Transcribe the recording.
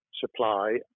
supply